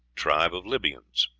tribe of libyans.